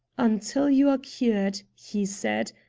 until you are cured, he said,